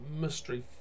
mystery